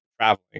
traveling